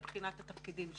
מבחינת התפקידים שלו.